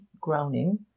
groaning